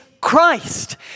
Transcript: Christ